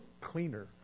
cleaner